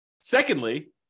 secondly